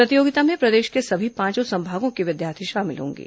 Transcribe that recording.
प्रतियोगिता में प्रदेश के सभी पांच संभागों के विद्यार्थी शामिल होंगे